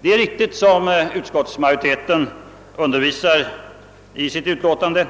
Det är riktigt som utskottsmajoriteten undervisar oss i sitt utlåtande